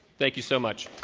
thank you so much.